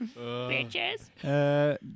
Bitches